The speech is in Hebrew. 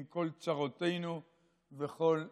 עם כל צרותינו וכל אתגרינו.